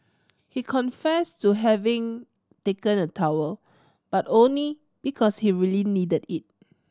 he confessed to having taken a towel but only because he really needed it